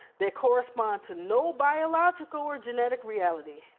they correspond to no biological or genetic reality,